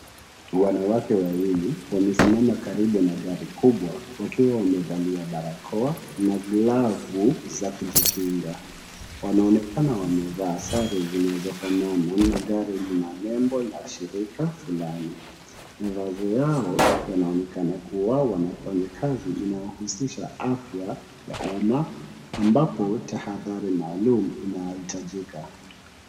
Wanawake wawili wamesimama karibu na gari kubwa wakiwa amevalia barakoa na glavu za kujikinga, wanaonekana wamevaa sare zinazofanana na gari lina nembo la shirika fulani, mavazi yao yanaonekana kuwa ni wanafanyakazi inayowahusisha afya ya umma ambapo tahadhari maalum inahitajika.